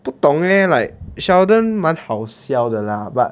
不懂 leh like sheldon 蛮好笑的 lah but